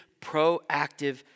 proactive